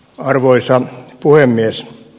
arvoisa puhemies